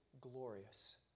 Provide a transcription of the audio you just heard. glorious